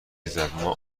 زدما